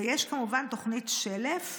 ויש כמובן תוכנית של"ף,